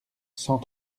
cent